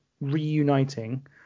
reuniting